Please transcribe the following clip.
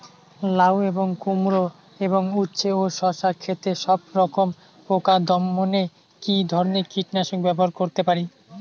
লাউ এবং কুমড়ো এবং উচ্ছে ও শসা ক্ষেতে সবরকম পোকা দমনে কী ধরনের কীটনাশক ব্যবহার করতে পারি?